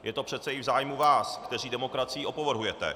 Je to přece i v zájmu vás, kteří demokracií opovrhujete.